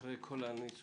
אחרי כל הניסוחים.